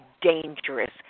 dangerous